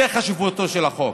זו חשיבותו של החוק.